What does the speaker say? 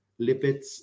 lipids